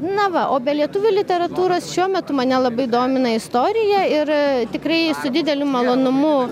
na va o be lietuvių literatūros šiuo metu mane labai domina istorija ir tikrai su dideliu malonumu